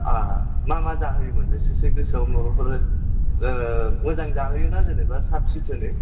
मा मा जाहोयोमोन एसेसो गोसोयाव माबाफोर मोजां जाहोयोना जेनोबा साब सिखोनै